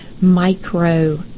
micro